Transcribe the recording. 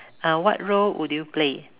uh what role would you play